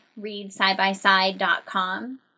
readsidebyside.com